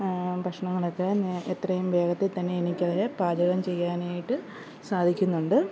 ഭക്ഷണങ്ങളൊക്കെ നേ എത്രയും വേഗത്തിൽ തന്നെ എനിക്കത് പാചകം ചെയ്യാനായിട്ട് സാധിക്കുന്നുണ്ട്